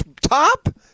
top